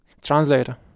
translator